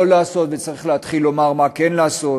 לעשות וצריך להתחיל לומר מה כן לעשות,